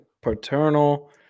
Paternal